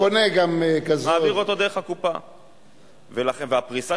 קבענו בהצעת החוק מנגנון